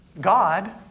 God